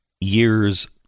years